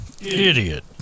Idiot